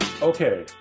Okay